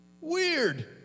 Weird